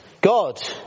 God